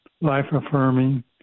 life-affirming